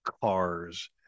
cars